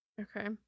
Okay